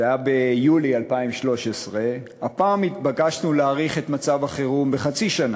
ביולי 2013. הפעם התבקשנו להאריך את מצב החירום בחצי שנה.